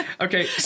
Okay